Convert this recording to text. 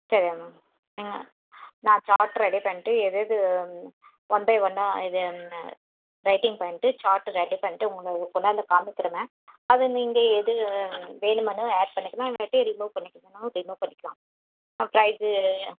சரி மேம் நீங்கள் நான் சார்ட் ரெடி பண்ணிட்டு எது எது ஒன் பை ஒன்னா இது என்ன ரேட்டிங் பண்ணிட்டு சார்ட்டு ரெடி பண்ணிட்டு உங்களுக்கு கொண்டாந்து காமிக்கிறேன் மேம் அதை நீங்கள் எது வேணுமுன்னு ஆட் பண்ணிக்கலாம் இல்லாட்டி ரிமூவ் பண்ணிக்கிறதுன்னாலும் ரிமூவ் பண்ணிக்கலாம் ப்ரைஸு